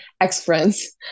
ex-friends